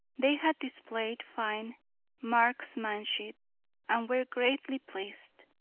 they had displayed fine marksmanship and were greatly pleased.